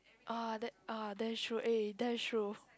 ah that ah that is true eh that is true